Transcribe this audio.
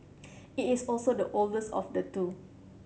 it is also the oldest of the two